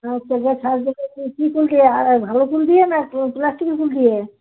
হ্যাঁ সেটা সাজাতে বলছ কী ফুল দিয়ে ভালো ফুল দিয়ে না প্লাস্টিকের ফুল দিয়ে